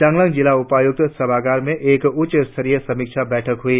चांगलांग जिला उपायुक्त सभागार में एक उच्च स्तरीय समीक्षा बैठक हुई